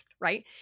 right